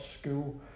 school